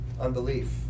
unbelief